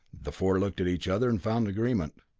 the four looked at each other, and found agreement.